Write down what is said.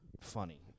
funny